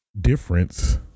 difference